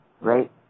Right